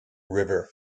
river